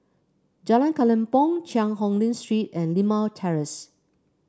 Jalan Kelempong Cheang Hong Lim Street and Limau Terrace